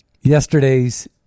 yesterday's